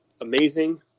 amazing